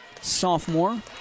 sophomore